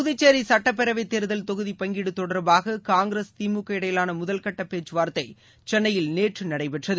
புதுச்சேரிசட்டப்பேரவைத் தேர்தல் தொகுதிப் பங்கீடுதொடர்பாககாங்கிரஸ் திமுக இடையிலானமுதல்கட்டபேச்சுவார்த்தைசென்னயில் நேற்றுநடைபெற்றது